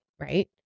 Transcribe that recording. right